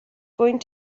going